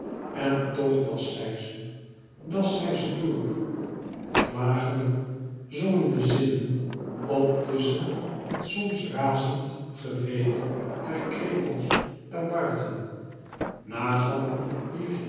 en tochlas zij ze las zij zedoor klagelijk zongen de zinnen op tusschen het soms razend gevedel der krekels daar buiten nagalm